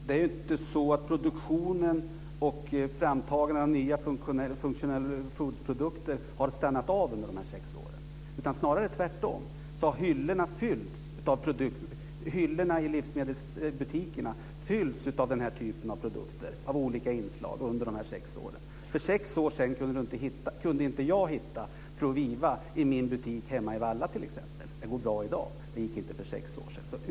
Fru talman! Det är inte så att framtagandet av functional food-produkter har stannat av under dessa sex år. Tvärtom har hyllorna i livsmedelsbutikerna fyllts av den här typen av produkter, av olika inslag, under dessa sex år. För sex år sedan kunde jag inte hitta t.ex. Proviva i min butik hemma i Valla, men det går bra i dag.